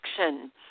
action